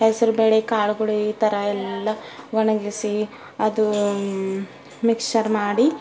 ಹೆಸ್ರು ಬೇಳೆ ಕಾಳುಗಳು ಈ ಥರ ಎಲ್ಲ ಒಣಗಿಸಿ ಅದು ಮಿಕ್ಸರ್ ಮಾಡಿ